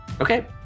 Okay